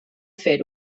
fer